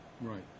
Right